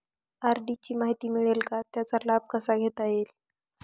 RD ची माहिती मिळेल का, त्याचा लाभ कसा घेता येईल?